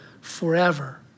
forever